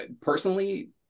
personally